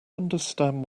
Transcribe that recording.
understand